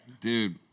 Dude